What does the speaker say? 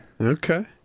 Okay